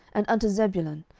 and unto zebulun,